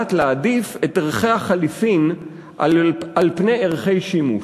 יודעת להעדיף את ערכי החליפין על פני ערכי שימוש.